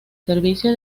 servicio